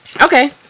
Okay